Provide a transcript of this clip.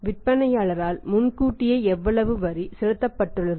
விற்பனையாளரால் முன்கூட்டியே எவ்வளவு வரி செலுத்தப்பட்டுள்ளது